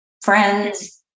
friends